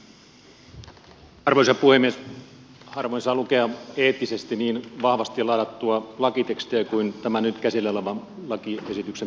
harvoin saa lukea eettisesti niin vahvasti ladattua lakitekstiä kuin tämän nyt käsillä olevan lakiesityksen pykälät ovat